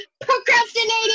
procrastinating